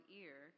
ear